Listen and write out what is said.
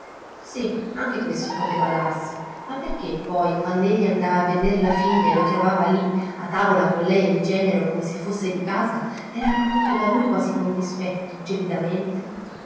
sì anche questo poteva darsi ma perché poi quand'egli andava a veder la figlia e lo trovava lì a tavola con lei e il genero come se fosse di casa era accolto da lui quasi con dispetto